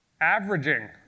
Averaging